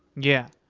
yeah.